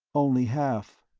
only half.